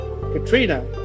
Katrina